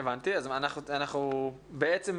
אז בעצם,